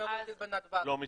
לא מתכוונים.